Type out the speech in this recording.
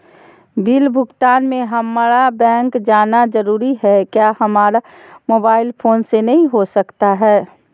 Bill भुगतान में हम्मारा बैंक जाना जरूर है क्या हमारा मोबाइल फोन से नहीं हो सकता है?